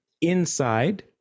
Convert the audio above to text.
Inside